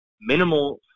minimal